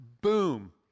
boom